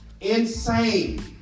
Insane